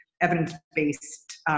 evidence-based